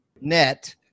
net